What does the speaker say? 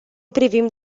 privim